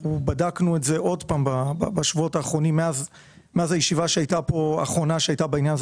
בדקנו את זה עוד פעם מאז הישיבה האחרונה שהייתה בעניין הזה